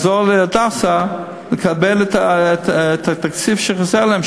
לעזור ל"הדסה" לקבל את התקציב שחסר להם,